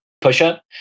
push-up